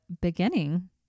beginning